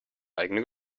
eigene